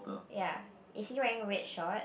ya is he wearing red short